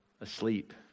asleep